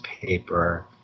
paper